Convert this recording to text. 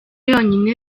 yonyine